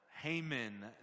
Haman